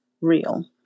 real